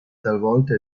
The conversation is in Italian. talvolta